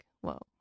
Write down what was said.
whoa